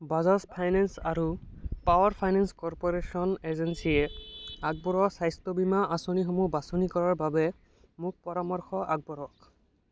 Bajaj finance আৰু power finance corporation এজেঞ্চিয়ে আগবঢ়োৱা স্বাস্থ্য বীমা আঁচনিসমূহ বাচনি কৰাৰ বাবে মোক পৰামৰ্শ আগবঢ়াওক